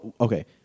okay